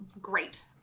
great